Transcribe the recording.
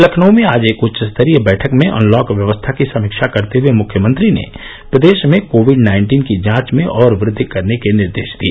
लखनऊ में आज एक उच्च स्तरीय बैठक में अनलॉक व्यवस्था की समीक्षा करते हए मुख्यमंत्री ने प्रदेश में कोविड नाइन्टीन की जांच में और वृद्वि करने के निर्देश दिए